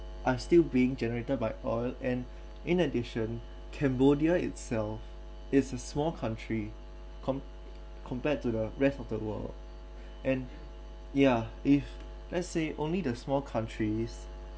are still being generated by oil and in addition cambodia itself is a small country comp~ compared to the rest of the world and yeah if let's say only the small countries